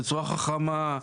בצורה חכמה,